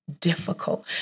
difficult